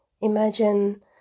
imagine